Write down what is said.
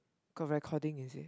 got recording is it